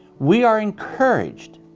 we are encouraged,